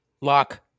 lock